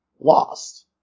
lost